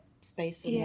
space